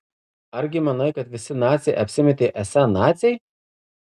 argi manai kad visi naciai apsimetė esą naciai